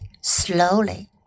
slowly